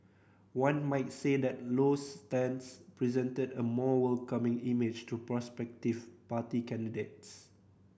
one might say that Low's stance presented a more welcoming image to prospective party candidates